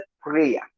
prayer